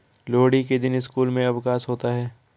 लोहड़ी के दिन स्कूल में अवकाश होता है